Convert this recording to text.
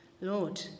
Lord